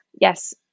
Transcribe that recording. yes